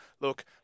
look